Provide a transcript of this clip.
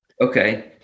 Okay